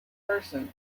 person